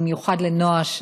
במיוחד לנועה,